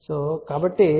కాబట్టి Zin Z Z0